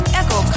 echo